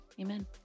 Amen